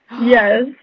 Yes